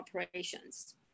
operations